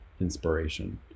inspiration